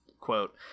quote